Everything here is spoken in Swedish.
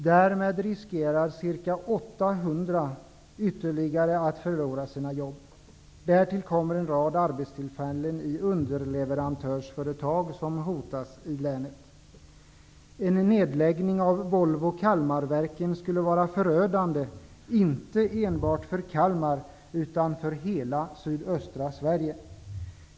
Därmed riskerar ca 800 ytterligare att förlora sina jobb. Därtill hotas en rad arbetstillfällen i underleverantörsföretag i länet. En nedläggning av Volvo Kalmarverken skulle vara förödande, inte enbart för Kalmar utan för hela sydöstra Sverige.